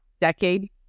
decade